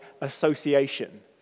association